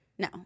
No